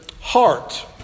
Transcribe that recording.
heart